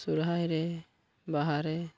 ᱥᱚᱦᱚᱨᱟᱭ ᱨᱮ ᱵᱟᱦᱟ ᱨᱮ